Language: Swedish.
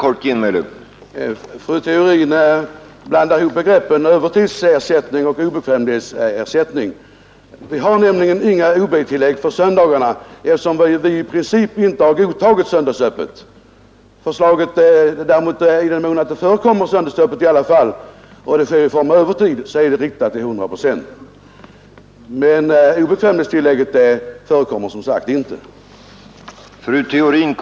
Herr talman! Fru Theorin blandar ihop begreppen övertidsersättning och obekvämlighetstillägg. Vi har nämligen inga ob-tillägg på söndagarna, eftersom vi i princip inte har godtagit söndagsöppet. I den mån det förekommer söndagsöppet och arbetet sker i form av övertidsarbete är det riktigt att ersättningen är 100 procent. Men ob-tillägg förekommer som sagt inte på söndagarna.